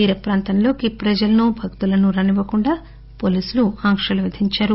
తీర ప్రాంతంలోకి ప్రజలను భక్తులను రానివ్వకుండా పోలీసులు ఆంక్షలు విధించారు